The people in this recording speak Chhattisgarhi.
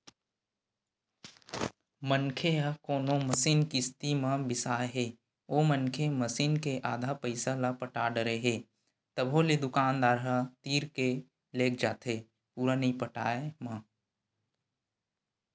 मनखे ह कोनो मसीन किस्ती म बिसाय हे ओ मनखे मसीन के आधा पइसा ल पटा डरे हे तभो ले दुकानदार ह तीर के लेग जाथे पुरा नइ पटाय म